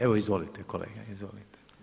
Evo izvolite kolega, izvolite.